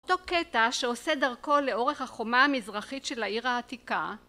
אותו קטע שעושה דרכו לאורך החומה המזרחית של העיר העתיקה